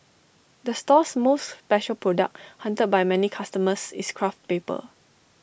the store's most special product hunted by many customers is craft paper